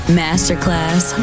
masterclass